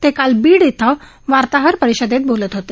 ते काल बीड इथं वार्ताहर परिषदेत बोलत होते